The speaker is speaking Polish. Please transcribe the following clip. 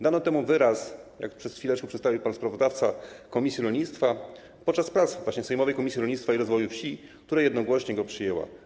Dano temu wyraz - jak to przed chwileczką przedstawił pan sprawozdawca komisji rolnictwa - właśnie podczas prac sejmowej Komisji Rolnictwa i Rozwoju Wsi, która jednogłośnie go przyjęła.